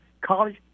college